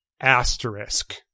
asterisk